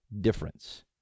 difference